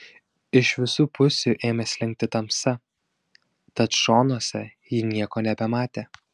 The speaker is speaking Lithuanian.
iš visų pusių ėmė slinkti tamsa tad šonuose ji nieko nebematė